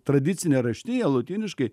tradicine raštija lotyniškai